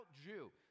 Jew